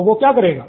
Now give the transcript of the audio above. तो वो क्या करेगा